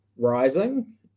rising